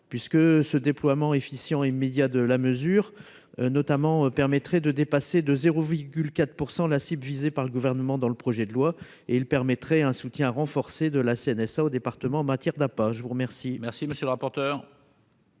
puisque ce déploiement efficient immédiat de la mesure notamment permettrait de dépasser de 0,4 % la cible visée par le gouvernement dans le projet de loi et il permettrait un soutien renforcé de la CNSA au département en matière d'appât, je vous remercie, merci monsieur le rapporteur.